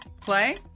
Play